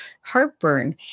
heartburn